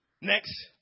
Next